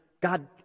God